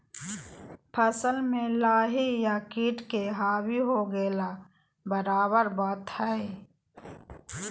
फसल में लाही या किट के हावी हो गेला बराबर बात हइ